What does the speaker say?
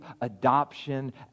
adoption